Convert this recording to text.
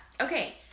Okay